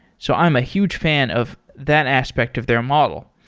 so i'm a huge fan of that aspect of their model.